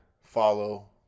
follow